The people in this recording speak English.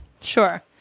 Sure